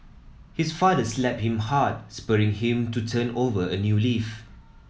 his father slapped him hard spurring him to turn over a new leaf